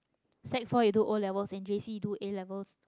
Sec four you do O-levels and J_C you do A-levels